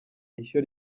ishyo